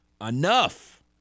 Enough